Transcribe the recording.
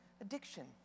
addiction